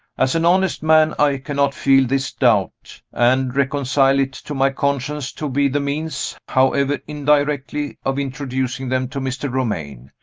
as an honest man, i cannot feel this doubt, and reconcile it to my conscience to be the means, however indirectly, of introducing them to mr. romayne.